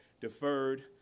deferred